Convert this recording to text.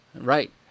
Right